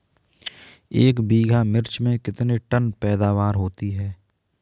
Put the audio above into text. एक बीघा मिर्च में कितने टन पैदावार होती है?